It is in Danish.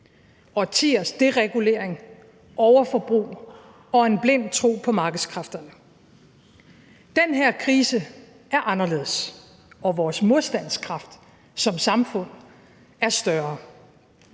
årtiers deregulering, overforbrug og en blind tro på markedskræfterne. Den her krise er anderledes, og vores modstandskraft som samfund er større.